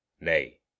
Nay